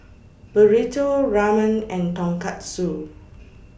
Burrito Ramen and Tonkatsu